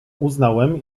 uznałem